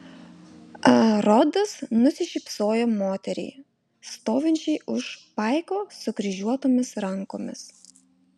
rodas nusišypsojo moteriai stovinčiai už paiko sukryžiuotomis rankomis